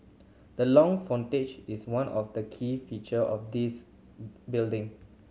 the long frontage is one of the key feature of this building